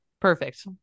Perfect